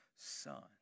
Son